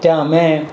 ત્યાં અમે